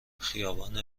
خیابان